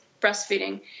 breastfeeding